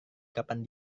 kapan